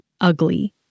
ugly